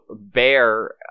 Bear